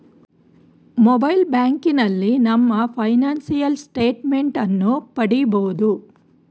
mobile ಬ್ಯಾಂಕಿನಲ್ಲಿ ನಮ್ಮ financial statement ಅನ್ನು ಪಡಿಬೋದು